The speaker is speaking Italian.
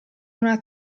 una